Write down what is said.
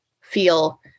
feel